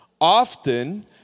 Often